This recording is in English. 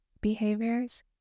behaviors